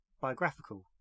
biographical